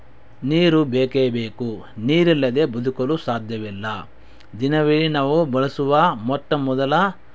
ನೀರು ಬೇಕೇ ಬೇಕು ನೀರಿಲ್ಲದೆ ಬದುಕಲು ಸಾಧ್ಯವಿಲ್ಲ ದಿನವಿಡಿ ನಾವು ಬಳಸುವ ಮೊಟ್ಟ ಮೊದಲ